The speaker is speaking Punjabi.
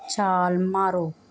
ਛਾਲ ਮਾਰੋ